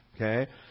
Okay